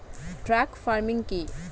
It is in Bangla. ট্রাক ফার্মিং কি?